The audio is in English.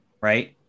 right